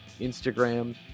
Instagram